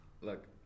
look